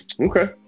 Okay